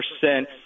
percent